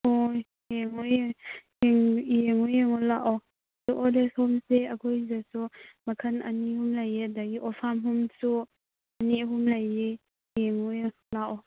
ꯍꯣꯏ ꯌꯦꯡꯉꯣ ꯌꯥꯏ ꯌꯦꯡꯉꯣ ꯂꯥꯛꯑꯣ ꯑꯣꯜ ꯑꯦꯁ ꯍꯣꯝꯁꯦ ꯑꯩꯈꯣꯏꯁꯤꯗꯁꯨ ꯃꯈꯜ ꯑꯅꯤ ꯑꯍꯨꯝ ꯂꯩꯌꯦ ꯑꯗꯒꯤ ꯑꯣꯔꯐꯥꯟ ꯍꯣꯝꯁꯨ ꯑꯅꯤ ꯑꯍꯨꯝ ꯂꯩ ꯌꯦꯡꯉꯣ ꯌꯦꯡꯉꯣ ꯂꯥꯛꯑꯣ